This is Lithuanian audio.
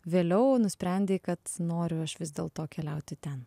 vėliau nusprendei kad noriu aš vis dėlto keliauti ten